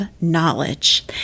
knowledge